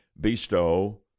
bestow